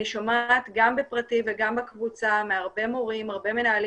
אני שומעת גם בפרטי וגם בקבוצה מהרבה מורים ומנהלים